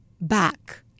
back